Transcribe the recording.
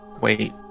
Wait